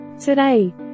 Today